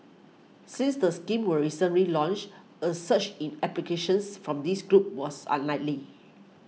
since the scheme were recently launched a surge in applications from this group was unlikely